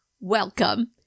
welcome